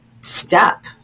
step